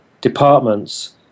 departments